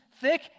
thick